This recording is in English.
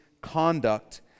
conduct